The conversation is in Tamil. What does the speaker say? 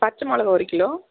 பச்சைமிளகாய் ஒரு கிலோ